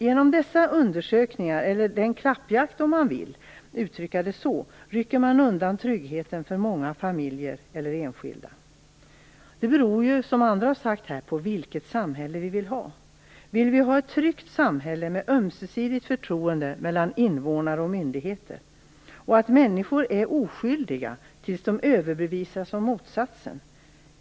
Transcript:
Genom dessa undersökningar - eller klappjakt om man vill uttrycka det så - rycker man undan tryggheten för många familjer och enskilda. Allt beror, som många har sagt, på vilket samhälle vi vill ha. Vill vi ha ett tryggt samhälle med ömsesidigt förtroende mellan invånare och myndigheter, ett samhälle där människor är oskyldiga tills motsatsen har bevisats?